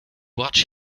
watch